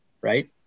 right